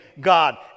God